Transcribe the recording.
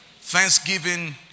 Thanksgiving